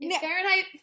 Fahrenheit